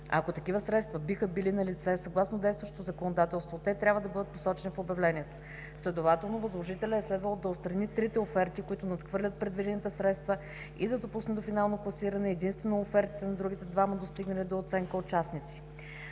Ако такива средства биха били налице, съгласно действащото законодателство, те трябва да бъдат посочени в обявлението. Следователно възложителят е следвало да отстрани трите оферти, които надхвърлят предвидените средства и да допусне до финално класиране единствено офертите на другите двама достигнали до оценка участници.